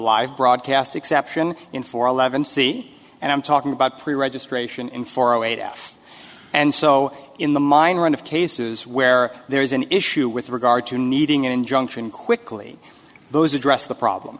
live broadcast exception in four eleven c and i'm talking about pre registration in four zero eight f and so in the minor run of cases where there is an issue with regard to needing an injunction quickly those address the problem